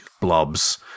blobs